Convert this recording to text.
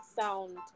sound